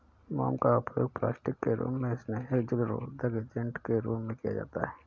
मोम का उपयोग प्लास्टिक के रूप में, स्नेहक, जलरोधक एजेंट के रूप में किया जाता है